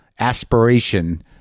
Aspiration